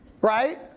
Right